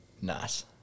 Nice